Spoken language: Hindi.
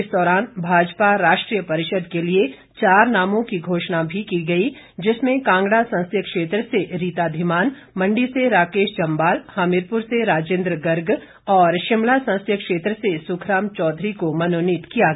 इस दौरान भाजपा राष्ट्रीय परिषद के लिए चार नामों की घोषणा भी की गई जिसमें कांगड़ा संसदीय क्षेत्र से रीता धीमान मंडी से राकेश जम्वाल हमीरपुर से राजेंद्र गर्ग और शिमला संसदीय क्षेत्र से सुखराम चौधरी को मनोनीत किया गया